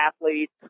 athletes